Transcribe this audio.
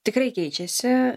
tikrai keičiasi